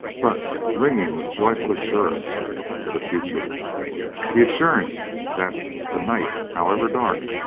but ringing with joyful assurance for the future the assurance that the night, however dark,